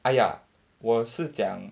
!aiya! 我是讲